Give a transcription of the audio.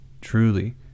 truly